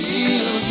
Feel